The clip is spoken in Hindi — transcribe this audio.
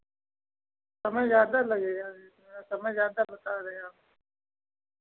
समय ज़्यादा लगेगा अभी थोड़ा समय ज़्यादा बता रहे आप